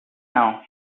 now